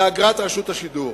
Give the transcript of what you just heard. באגרת רשות השידור.